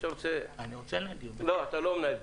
אני רוצה לנהל דיון.